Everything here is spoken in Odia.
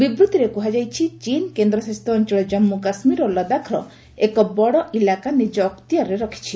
ବିବୃତ୍ତିରେ କୁହାଯାଇଛି ଚୀନ୍ କେନ୍ଦ୍ରଶାସିତ ଅଞ୍ଚଳ ଜମ୍ମ୍ର କାଶ୍ମୀର ଓ ଲଦାଖର ଏକ ବଡ଼ ଇଲାକା ନିଜ ଅକ୍ତିଆରରେ ରଖିଛି